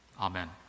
Amen